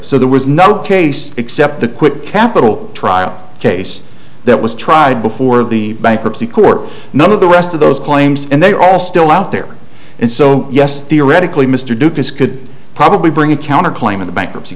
so there was no case except the quick capital trial case that was tried before the bankruptcy court none of the rest of those claims and they are all still out there and so yes theoretically mr ducasse could probably bring a counter claim in the bankruptcy